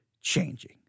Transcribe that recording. changing